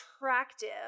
attractive